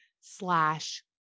slash